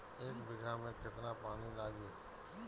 एक बिगहा में केतना पानी लागी?